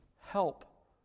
Help